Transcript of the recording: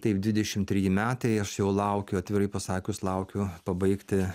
taip dvidešim treji metai aš jau laukiu atvirai pasakius laukiu pabaigti